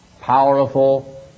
powerful